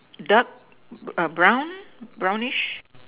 dark brown brownish